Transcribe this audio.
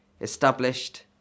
established